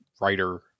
writer